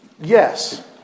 yes